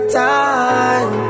time